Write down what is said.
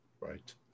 Right